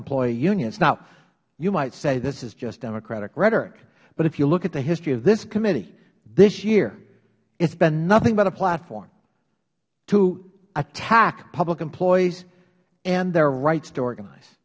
employee unions now you might say this is just democratic rhetoric but if you look at the history of this committee this year it has been nothing but a platform to attack public employees and their rights to organize